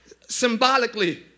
symbolically